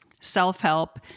self-help